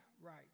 right